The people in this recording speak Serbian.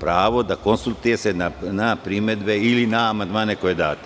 pravo da se konsultuje na primedbe ili na amandmane koje date.